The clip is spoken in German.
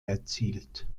erzielt